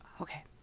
okay